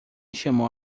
chamou